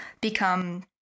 become